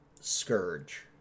Scourge